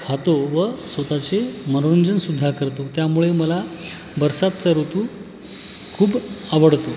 खातो व स्वत चे मनोरंजनसुद्धा करतो त्यामुळे मला बरसातचा ऋतू खूप आवडतो